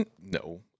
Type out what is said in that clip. No